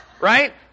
right